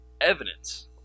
evidence